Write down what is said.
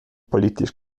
politisch